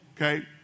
Okay